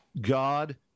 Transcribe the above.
God